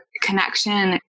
connection